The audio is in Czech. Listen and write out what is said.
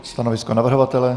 Stanovisko navrhovatele?